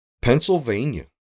Pennsylvania